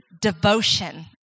devotion